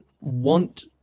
want